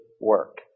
work